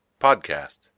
Podcast